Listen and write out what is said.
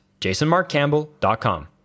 jasonmarkcampbell.com